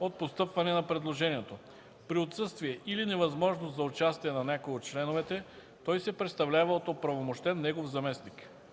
от постъпване на предложението. При отсъствие или невъзможност за участие на някой от членовете, той се представлява от оправомощен негов заместник.